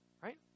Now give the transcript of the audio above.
right